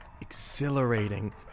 exhilarating